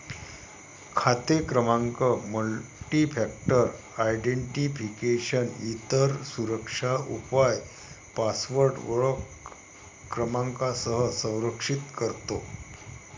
खाते क्रमांक multifactor identification, इतर सुरक्षा उपाय पासवर्ड ओळख क्रमांकासह संरक्षित करतो